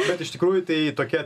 bet iš tikrųjų tai tokie